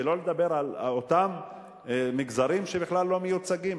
שלא לדבר על אותם מגזרים שבכלל לא מיוצגים,